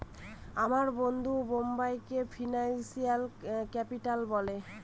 আমার বন্ধু বোম্বেকে ফিনান্সিয়াল ক্যাপিটাল বলে